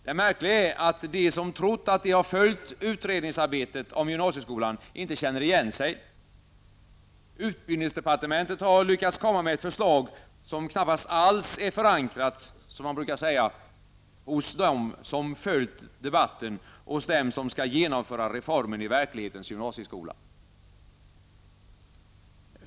Det märkliga är, att de som trott att de följt utredningsarbetet om gymnasieskolan inte känner igen sig. Utbildningsdepartementet har lyckats komma med ett förslag, som knappast alls är förankrat -- som man brukar säga -- hos dem som följt debatten och hos dem som skall genomföra reformen i verklighetens gymnasieskola.